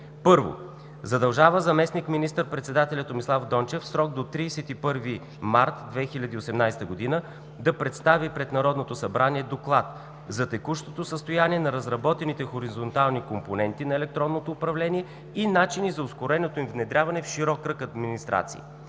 1. Задължава заместник министър-председателя Томислав Дончев в срок до 31 март 2018 г. да представи пред Народното събрание доклад за текущото състояние на разработените хоризонтални компоненти на електронното управление и начини за ускореното им внедряване в широк кръг администрации.